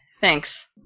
Thanks